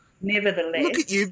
Nevertheless –